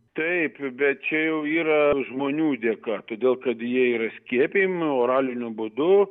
taip bet čia jau yra žmonių dėka todėl kad jie yra skiepijami oraliniu būdu